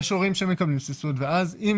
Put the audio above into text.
יש הורים שמקבלים סבסוד ואז אם